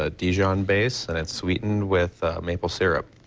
ah dijon base and and sweetened with maple syrup,